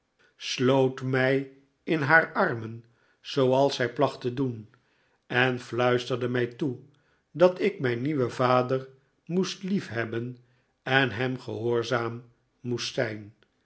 sloot mij in haar armen zooals zij placht te doen en fluisterde mij toe dat ik mijn nieuwen vader moest liefhebben en hem gehoorzaam